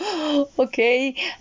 Okay